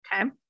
Okay